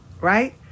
right